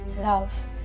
love